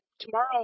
tomorrow